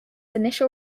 initial